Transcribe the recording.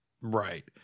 Right